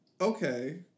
Okay